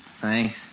Thanks